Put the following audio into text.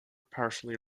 partially